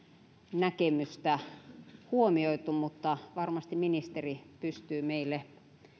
huomioitu mutta varmasti ministeri pystyy meille